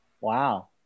Wow